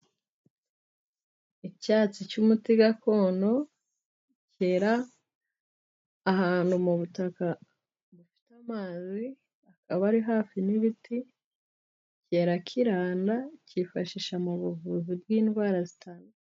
Icyatsi cy'umuti gakondo kera ahantu mu butaka bufite amazi aba ari hafi n'ibiti, kera kiranda, kifashishwa mu buvuzi bw'indwara zitandukanye.